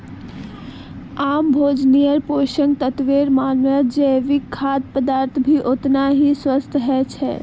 आम भोजन्नेर पोषक तत्वेर मामलाततजैविक खाद्य पदार्थ भी ओतना ही स्वस्थ ह छे